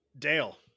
Dale